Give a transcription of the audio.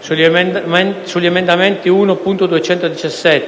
Sugli emendamenti 1.217